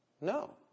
No